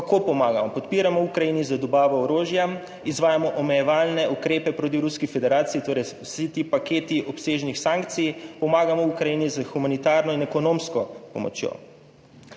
Kako pomagamo? Podpiramo v Ukrajini z dobavo orožja, izvajamo omejevalne ukrepe proti Ruski federaciji, torej vsi ti paketi obsežnih sankcij, pomagamo Ukrajini s humanitarno in ekonomsko pomočjo,